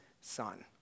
son